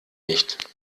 nicht